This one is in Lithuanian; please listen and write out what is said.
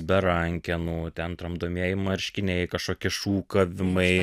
be rankenų ten tramdomieji marškiniai kažkokie šūkavimai